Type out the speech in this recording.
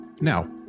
Now